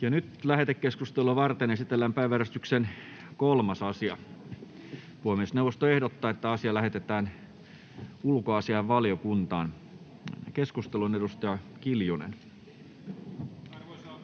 Lähetekeskustelua varten esitellään päiväjärjestyksen 3. asia. Puhemiesneuvosto ehdottaa, että asia lähetetään ulkoasiainvaliokuntaan. — Keskusteluun, edustaja Kiljunen.